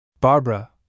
Barbara